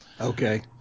Okay